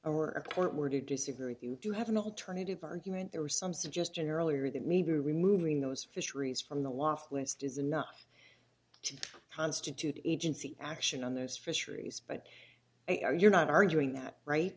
to disagree with you do have an alternative argument there was some suggestion earlier that maybe removing those fisheries from the last list is enough to constitute agency action on those fisheries but you're not arguing that right